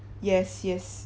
yes yes